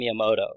Miyamoto